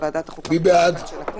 מי בעד?